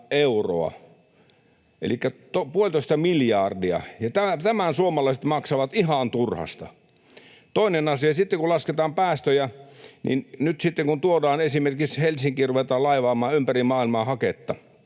elikkä puolitoista miljardia, ja tämän suomalaiset maksavat ihan turhasta. Toinen asia: Kun lasketaan päästöjä, niin nyt sitten kun esimerkiksi Helsinkiin ruvetaan laivaamaan ympäri maailmaa haketta,